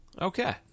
Okay